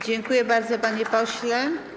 Dziękuję bardzo, panie pośle.